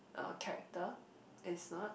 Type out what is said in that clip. a character it's not